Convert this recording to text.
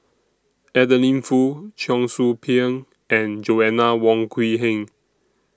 Adeline Foo Cheong Soo Pieng and Joanna Wong Quee Heng